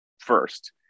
first